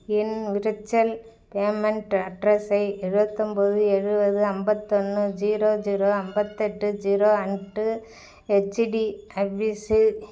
என் virtual payment அட்ரஸை எழுவத்தொம்போது எழுவது அம்பத்தொன்று ஜீரோ ஜீரோ ஐம்பத்தெட்டு ஜீரோ அன்ட் ஹெச்டிஎஃப்சி